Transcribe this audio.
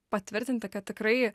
patvirtinti kad tikrai